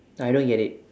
I don't get it